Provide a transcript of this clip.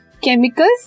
chemicals